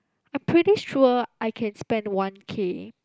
I'm pretty sure I can spend one K